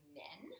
men